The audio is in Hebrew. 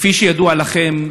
כפי שידוע לכם,